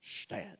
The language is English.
stand